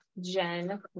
Jen